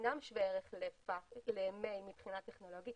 אינם שווי ערך למייל מבחינה טכנולוגית